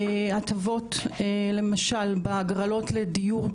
הטבות למשל בהגרלות לדיור,